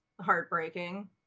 heartbreaking